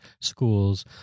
schools